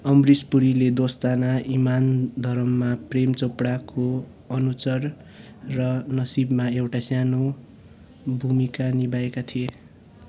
अमरिस पुरीले दोस्ताना इमान धरममा प्रेम चोपडाको अनुचर र नसिबमा एउटा सानो भूमिका निभाएका थिए